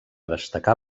destacar